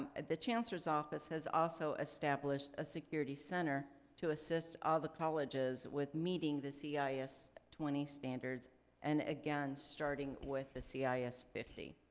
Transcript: and the chancellor's office has also established a security center to assist all the colleges with meeting the cis ah cis twenty standards and, again, starting with the cis fifty.